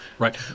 Right